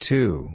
Two